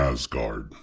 Asgard